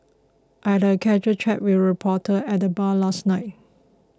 I had a casual chat with a reporter at the bar last night